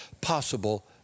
possible